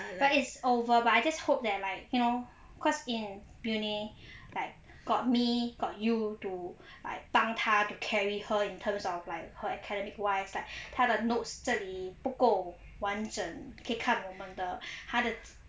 but it's over but I just hope that like you know cause in uni like got me got you to 帮她 carry her in terms of academic wise like 她的 notes 这里不够完整可以看我们的她的